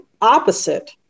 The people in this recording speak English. opposite